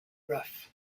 rough